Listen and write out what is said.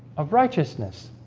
of righteousness